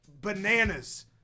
bananas